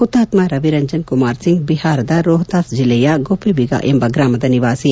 ಹುತಾತ್ಮ ರವಿರಂಜನ್ ಕುಮಾರ್ ಸಿಂಗ್ ಬಿಹಾರದ ರೋಹ್ತಾಸ್ ಜಿಲ್ಲೆಯ ಗೊಪೆಬಿಗಾ ಎಂಬ ಗ್ರಾಮದ ನಿವಾಸಿ